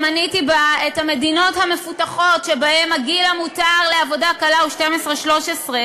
שמניתי ממנה את המדינות המפותחות שבהן הגיל המותר לעבודה קלה הוא 13-12,